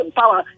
power